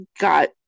got